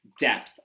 depth